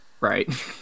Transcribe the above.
right